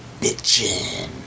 bitchin